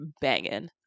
banging